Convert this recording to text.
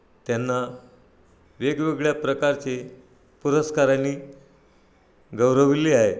त्यांना वेगवेगळ्या प्रकारचे पुरस्कारांनी गौरविले आहे